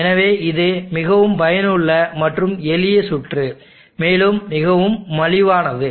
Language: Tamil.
எனவே இது மிகவும் பயனுள்ள மற்றும் எளிய சுற்று மேலும் மிகவும் மலிவானது